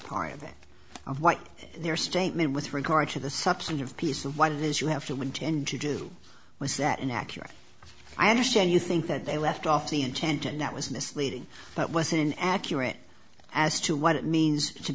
it of what their statement with regard to the substantive piece of what it is you have to intend to do was that inaccurate i understand you think that they left off the intent and that was misleading but wasn't accurate as to what it means to